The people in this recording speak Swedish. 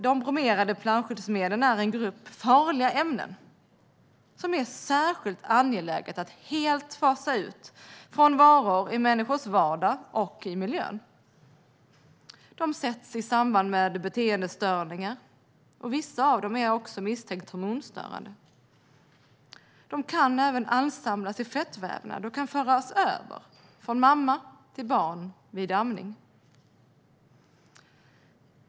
De bromerade flamskyddsmedlen är en grupp av farliga ämnen som det är särskilt angeläget att helt fasa ut från varor i människors vardag och den yttre miljön. De sätts i samband med beteendestörningar, och vissa av dem är också misstänkt hormonstörande. De kan även ansamlas i fettvävnad och kan föras över från mamma till barn vid amning.